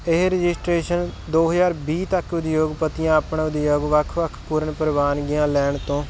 ਇਹ ਰਜਿਸਟਰੇਸ਼ਨ ਦੋ ਹਜ਼ਾਰ ਵੀਹ ਤੱਕ ਉਦਯੋਗਪਤੀਆਂ ਆਪਣੇ ਉਦਯੋਗ ਵੱਖ ਵੱਖ ਪੂਰਨ ਪ੍ਰਵਾਨਗੀਆਂ ਲੈਣ ਤੋਂ